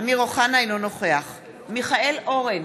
אינו נוכח מיכאל אורן,